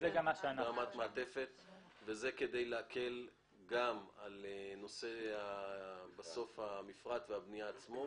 כדי להקל על נושא המפרט והבנייה עצמו.